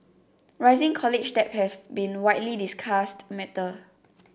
rising college debt has been a widely discussed matter